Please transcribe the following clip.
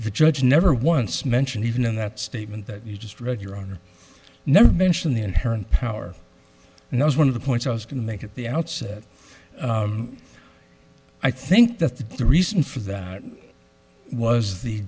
the judge never once mentioned even in that statement that you just read your honor never mention the inherent power knows one of the points i was going make at the outset i think that the reason for that was the